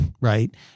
right